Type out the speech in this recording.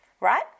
right